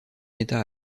état